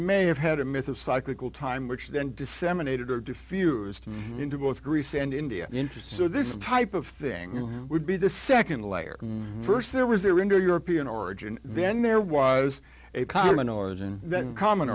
may have had a myth of cyclical time which then disseminated or diffused into both greece and india interest so this type of thing would be the nd layer st there was there in the european origin then there was a common origin then comm